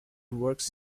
works